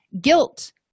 Guilt